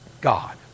God